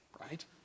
right